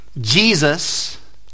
Jesus